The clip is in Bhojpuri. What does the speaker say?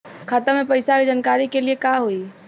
खाता मे पैसा के जानकारी के लिए का होई?